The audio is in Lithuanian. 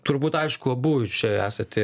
turbūt aišku abu čia esate